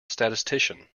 statistician